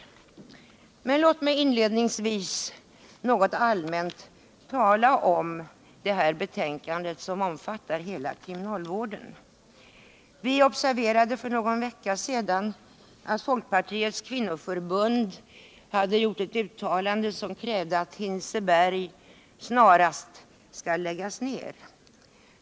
Låt mig inledningsvis allmänt tala om detta betänkande, som omfattar hela kriminalvården. Vi observerade för någon vecka sedan att Folkpartiets kvinnoförbund hade gjort ett uttalande, vari det krävde att Hinseberg snarast skall läggas ned.